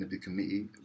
committee